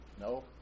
No